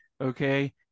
okay